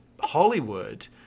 Hollywood